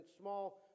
small